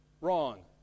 Wrong